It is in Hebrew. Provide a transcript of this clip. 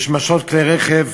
ושמשות כלי רכב